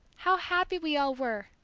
how happy we all were!